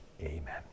Amen